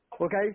Okay